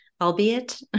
albeit